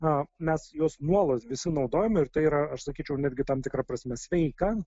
na mes juos nuolat visi naudojame ir tai yra aš sakyčiau netgi tam tikra prasme sveika